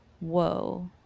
whoa